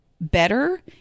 better